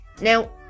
Now